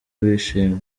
w’ishimwe